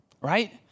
Right